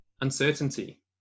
uncertainty